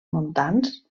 montans